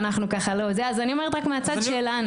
אז אני אומרת רק מהצד שלנו.